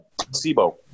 placebo